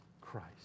Christ